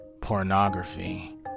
pornography